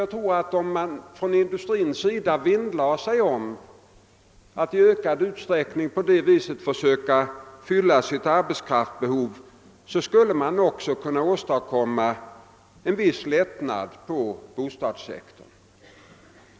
Jag tror att om man från industrins sida vinnlade sig om att i ökad utsträckning på det viset för söka fylla sitt arbetskraftsbehov, skulle en viss lättnad åstadkommas även på bostadssektorn.